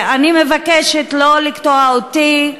אני מבקשת לא לקטוע אותי.